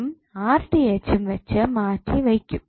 ഉം ഉം വെച്ച് മാറ്റി വെയ്ക്കും